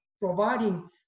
providing